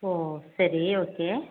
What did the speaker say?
ஓ சரி ஓகே